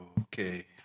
Okay